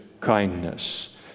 kindness